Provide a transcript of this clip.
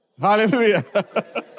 Hallelujah